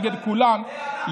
נגד כולם,